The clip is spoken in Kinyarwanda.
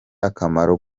akamaro